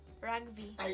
Rugby